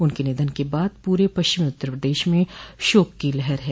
उनके निधन के बाद पूरे पश्चिमी उत्तर प्रदेश में शोक की लहर है